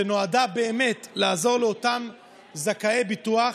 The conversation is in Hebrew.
שנועדה באמת לעזור לאותם זכאי ביטוח.